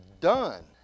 done